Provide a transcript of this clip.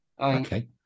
Okay